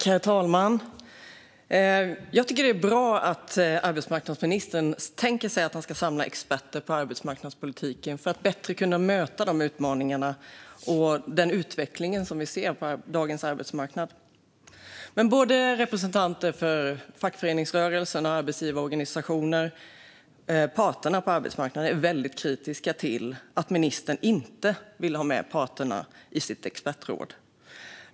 Herr talman! Det är bra att arbetsmarknadsministern tänker samla experter på arbetsmarknadspolitik för att bättre kunna möta de utmaningar och den utveckling vi ser på dagens arbetsmarknad. Men både representanter för fackföreningsrörelsen och arbetsgivarorganisationerna, alltså parterna på arbetsmarknaden, är väldigt kritiska till att ministern inte vill ha med dem i sitt expertråd.